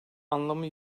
anlamı